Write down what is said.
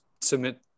submit